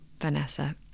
Vanessa